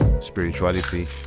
Spirituality